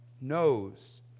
knows